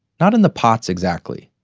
not in the pots, exactly.